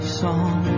song